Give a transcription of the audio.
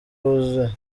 wuzuye